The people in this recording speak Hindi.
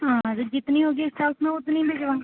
हाँ जो जितनी होंगी उस का उतना उतनी भिजवाओं